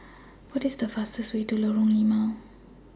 What IS The fastest Way to Lorong Limau